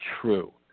true